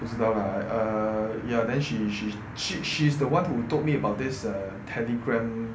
不知道 lah err ya then she she sh~ sh~ she's the one who told me about this uh telegram